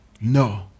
No